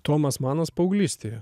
tomas manas paauglystėje